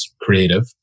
creative